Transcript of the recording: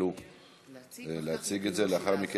אתם תעלו להציג את זה לאחר מכן.